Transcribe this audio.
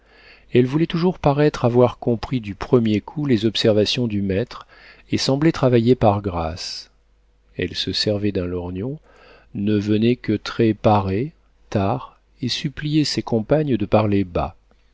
elle voulait toujours paraître avoir compris du premier coup les observations du maître et semblait travailler par grâce elle se servait d'un lorgnon ne venait que très parée tard et suppliait ses compagnes de parler bas